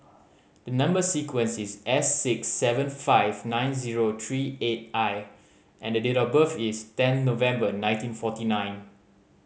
the number sequence is S six seven five nine zero three eight I and the date of birth is ten November nineteen forty nine